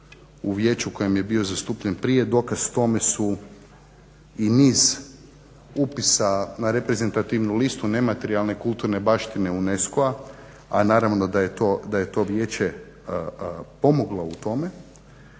u vijeću u kojem je bio zastupljen prije. Dokaz tome su i niz upisa na reprezentativnu listu nematerijalne kulturne baštine UCESCO-a, a naravno da je to vijeće pomoglo u tome.